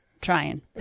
trying